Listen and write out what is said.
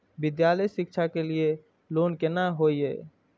विद्यालय शिक्षा के लिय लोन केना होय ये?